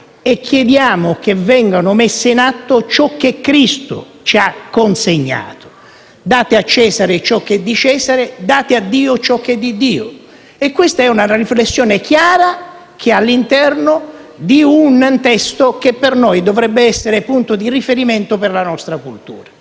e chiediamo che venga messo in atto ciò che Cristo ci ha consegnato: «Date a Cesare ciò che è di Cesare e date a Dio ciò che è di Dio». Si tratta di una riflessione chiara, contenuta all'interno di un testo che per noi dovrebbe essere punto di riferimento per la nostra cultura.